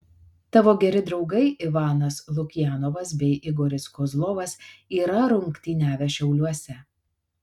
tavo geri draugai ivanas lukjanovas bei igoris kozlovas yra rungtyniavę šiauliuose